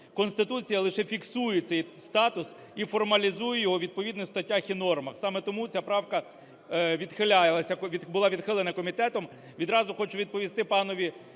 Конституція лише фіксує цей статус і формалізує його у відповідних статтях і нормах. Саме тому ця правка відхилялася, була відхилена комітетом.